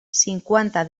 cinquanta